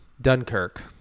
Dunkirk